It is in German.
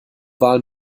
wahl